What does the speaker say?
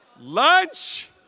Lunch